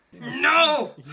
No